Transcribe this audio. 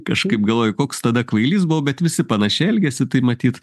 kažkaip galvoju koks tada kvailys buvau bet visi panašiai elgėsi tai matyt